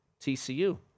TCU